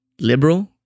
liberal